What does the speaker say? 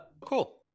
cool